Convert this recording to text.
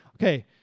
Okay